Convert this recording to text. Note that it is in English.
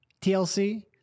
TLC